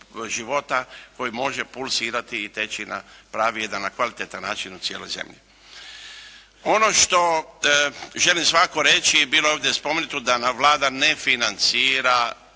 života koji može pulsirati i teći na pravi jedan, na kvaliteta način u cijeloj zemlji. Ono što želim svakako reći i bilo je ovdje spomenuto, da Vlada ne financira